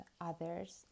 others